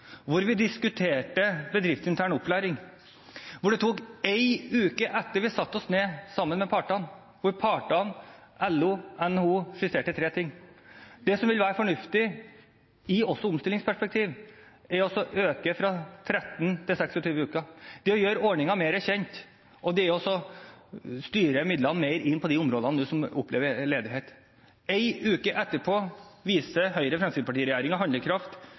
hvor vi diskuterte bedriftsintern opplæring – og det tok en uke etter at vi satte oss ned sammen med partene – hvor partene, LO, NHO, skisserte tre ting: Det som vil være fornuftig også i omstillingsperspektiv, er å øke bedriftsintern opplæring fra 13 til 26 uker, det er å gjøre ordningen mer kjent, og det er å styre midlene mer inn på de områdene som opplever ledighet. En uke etterpå viser Høyre–Fremskrittsparti-regjeringen handlekraft.